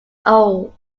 old